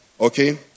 Okay